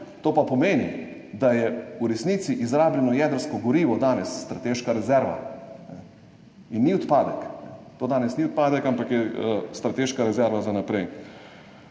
To pa pomeni, da je v resnici izrabljeno jedrsko gorivo danes strateška rezerva in ni odpadek. To danes ni odpadek, ampak je strateška rezerva za naprej.